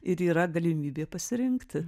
ir yra galimybė pasirinkti